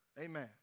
Amen